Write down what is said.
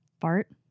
Fart